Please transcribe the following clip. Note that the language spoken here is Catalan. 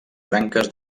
branques